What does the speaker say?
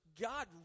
god